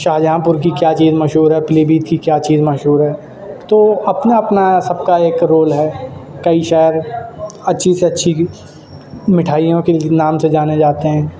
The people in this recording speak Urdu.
شاہجہاں پور کی کیا چیز مشہور ہے پیلی بھیت کی کیا چیز مشہور ہے تو اپنا اپنا سب کا ایک رول ہے کئی شہر اچھی سے اچھی مٹھائیوں کے نام سے جانے جاتے ہیں